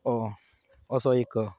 असो एक